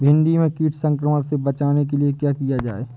भिंडी में कीट संक्रमण से बचाने के लिए क्या किया जाए?